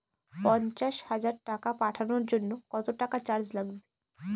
পণ্চাশ হাজার টাকা পাঠানোর জন্য কত টাকা চার্জ লাগবে?